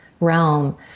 realm